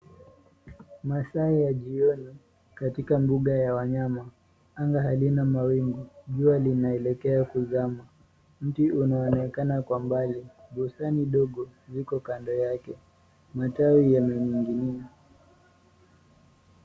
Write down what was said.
Masaa ya jioni, katika mbuga ya wanyama. Anga halina mawingu. Jua linaelekea kuzama. Mti unaonekana kwa mbali. Bustani ndogo ziko kando yake. Matawi yananing'inia.